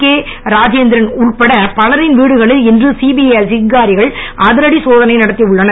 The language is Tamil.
கே ராஜேந்திரன் உட்பட பலரின் வீடுகளில் இன்று சிபிஐ அதிகாரிகள் அதிரடி சோதனை நடத்தி உள்ளனர்